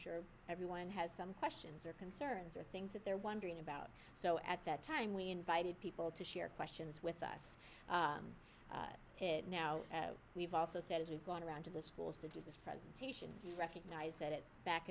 sure everyone has some questions or concerns or things that they're wondering about so at that time we invited people to share questions with us now we've also said as we've gone around to the schools to do this presentation recognize that back